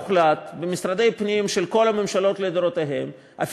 במשרדי הפנים של כל הממשלות לדורותיהן רובם